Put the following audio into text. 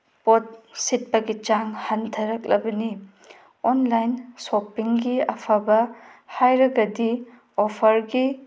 ꯄꯣꯠ ꯁꯤꯠꯄꯒꯤ ꯆꯥꯡ ꯍꯟꯊꯔꯛꯂꯕꯅꯤ ꯑꯣꯟꯂꯥꯏꯟ ꯁꯣꯞꯄꯤꯡꯒꯤ ꯑꯐꯕ ꯍꯥꯏꯔꯒꯗꯤ ꯑꯣꯐ꯭ꯔꯒꯤ